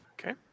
Okay